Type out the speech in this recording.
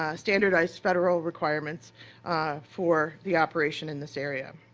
ah standardized federal requirements for the operation in this area.